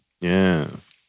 Yes